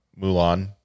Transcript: Mulan